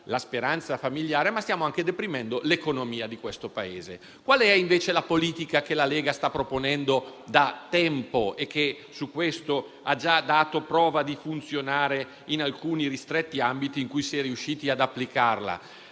la speranza familiare, ma stiamo anche deprimendo l'economia di questo Paese. Qual è invece la politica che la Lega sta proponendo da tempo e che, su questo punto, ha già dato prova di funzionare in alcuni ristretti ambiti in cui si è riusciti ad applicarla?